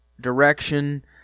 direction